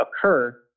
occur